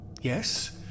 Yes